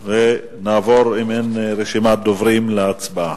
ואם אין רשימת דוברים, נעבור להצבעה.